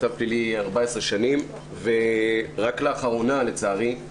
14 שנים, ורק לאחרונה, לצערי,